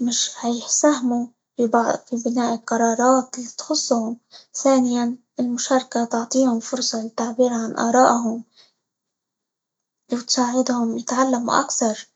مش هيساهموا في -بع- بناء القرارات اللى تخصهم، ثانيًا المشاركة تعطيهم فرصة للتعبير عن آرائهم، وتساعدهم يتعلموا أكتر.